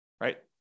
right